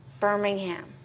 Birmingham